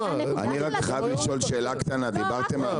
אני רק רוצה לשאול שאלה --- לא סליחה,